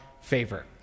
favor